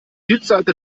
südseite